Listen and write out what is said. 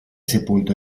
sepolto